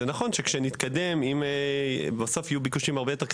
זה נכון שכשנתקדם בסוף יהיו ביקושים הרבה יותר קטנים,